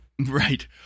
Right